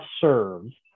served